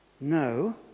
No